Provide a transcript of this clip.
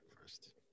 first